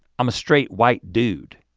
i'm a straight white dude.